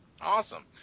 Awesome